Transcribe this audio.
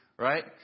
Right